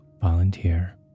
Volunteer